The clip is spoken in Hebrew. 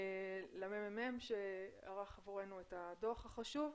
לממ"מ שערך עבורנו את הדו"ח החשוב,